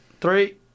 Three